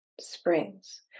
springs